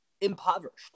impoverished